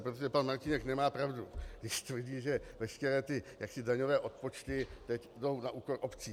Protože pan Martínek nemá pravdu, když tvrdí, že veškeré ty daňové odpočty jdou na úkor obcí.